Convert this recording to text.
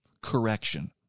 correction